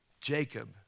Jacob